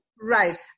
Right